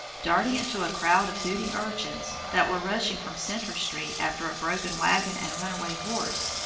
darting into a crowd of hooting urchins that were rushing from centre street after a broken wagon and runaway horse,